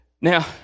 Now